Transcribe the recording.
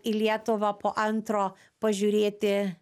į lietuvą po antro pažiūrėti